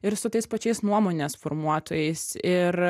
ir su tais pačiais nuomonės formuotojais ir